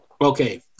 okay